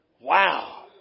Wow